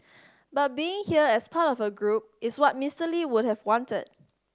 but being here as part of a group is what Mister Lee would have wanted